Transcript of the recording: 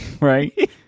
right